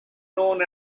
known